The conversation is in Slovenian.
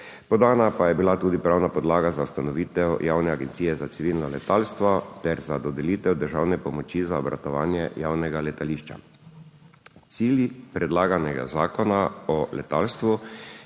Podana pa je bila tudi pravna podlaga za ustanovitev Javne agencije za civilno letalstvo ter za dodelitev državne pomoči za obratovanje javnega letališča. Cilj predlaganega zakona o letalstvu